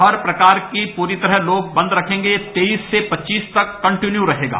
हर प्रकार लोग पूरी तरह बन्द रखेंगे तेईस से पच्चीस तक कन्दीन्यू रहेगा